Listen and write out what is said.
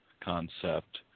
concept